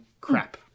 crap